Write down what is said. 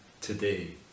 today